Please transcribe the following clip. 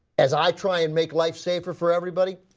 as i try and make life safer for everybody,